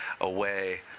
away